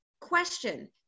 question